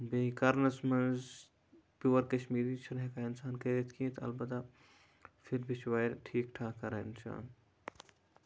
بیٚیہِ کَرنَس مَنٛز پیور کَشمیٖری چھُ نہٕ ہیٚکان اِنسان کٔرِتھ کینٛہہ تہٕ اَلبَتہ پھر بھی چھ ٹھیٖک ٹھاک کَران انسان